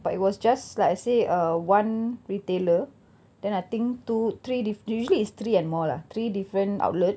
but it was just like say uh one retailer then I think two three diff~ usually it's three and more lah three different outlet